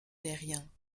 terriens